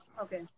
Okay